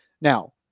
Now